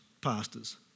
pastors